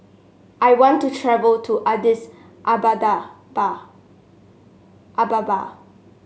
I want to travel to Addis Ababa